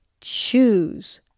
choose